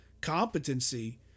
competency